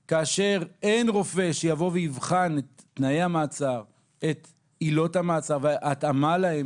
רגע, אבל עידית,